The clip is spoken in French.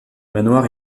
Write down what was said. manoir